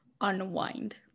unwind